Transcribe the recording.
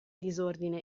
disordine